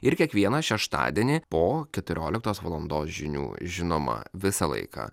ir kiekvieną šeštadienį po keturioliktos valandos žinių žinoma visą laiką